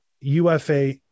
UFA